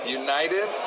united